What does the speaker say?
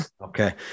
Okay